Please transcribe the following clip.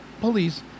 police